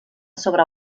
sobre